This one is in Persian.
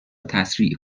تسریع